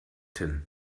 tim